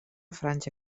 franja